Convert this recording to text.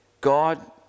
God